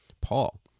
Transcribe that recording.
Paul